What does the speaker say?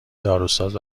داروساز